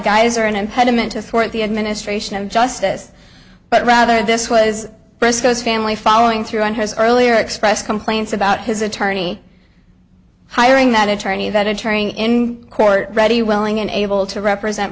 guys or an impediment to thwart the administration of justice but rather this was briscoe's family following through on his earlier expressed complaints about his attorney hiring that attorney that a trying in court ready willing and able to represent